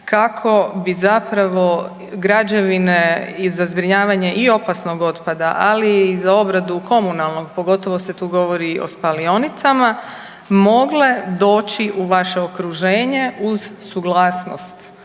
kako bi zapravo građevine i za zbrinjavanje i opasnog otpada, ali i za obradu komunalnog pogotovo se tu govori o spalionicama mogle doći u vaše okruženje uz suglasnost